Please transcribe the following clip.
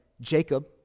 Jacob